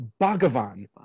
Bhagavan